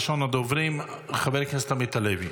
ראשון הדוברים חבר הכנסת עמית הלוי.